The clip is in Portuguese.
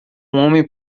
homem